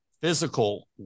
physical